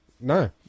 No